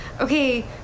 okay